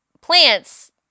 plants